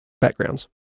Backgrounds